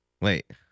Wait